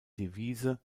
devise